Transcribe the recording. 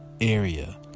area